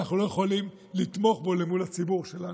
אנחנו לא יכולים לתמוך בו מול הציבור שלנו.